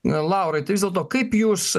laurai tik dėl to kaip jūs